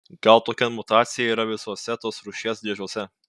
gal tokia mutacija yra visuose tos rūšies driežuose